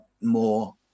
more